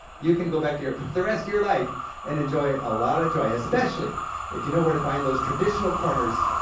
you can go back to europe for the rest of your life and enjoy a lot of joy, especially if you know where to find those traditional corners,